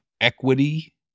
equity